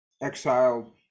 exiled